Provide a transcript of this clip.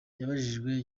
yabajijwe